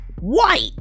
white